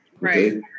Right